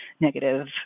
negative